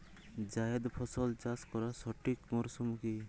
জায়েদ ফসল চাষ করার সঠিক মরশুম কি?